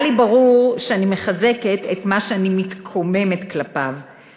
היה לי ברור שאני מחזקת את מה שאני מתקוממת כלפיו,